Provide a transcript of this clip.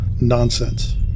nonsense